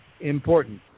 important